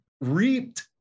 reaped